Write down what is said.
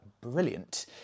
brilliant